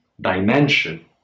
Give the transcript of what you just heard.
dimension